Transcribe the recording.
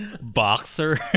boxer